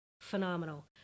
phenomenal